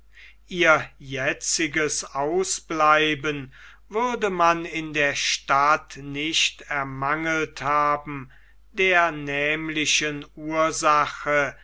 ihr jetziges ausbleiben würde man in der stadt nicht ermangelt haben der nämlichen ursache